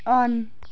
on